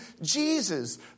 Jesus